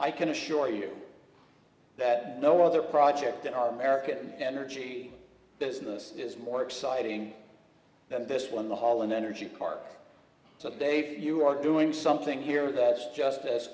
i can assure you that no other project in our american energy business is more exciting than this one the hollin energy park to date you are doing something here that's just